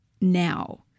now